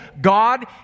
God